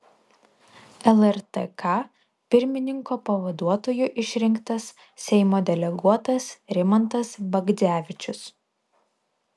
lrtk pirmininko pavaduotoju išrinktas seimo deleguotas rimantas bagdzevičius